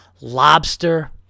lobster